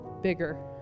bigger